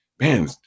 man